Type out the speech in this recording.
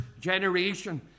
generation